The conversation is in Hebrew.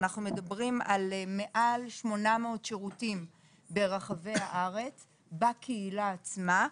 אנחנו מדברים על מעל 800 שירותים ברחבי הארץ בקהילה עצמה,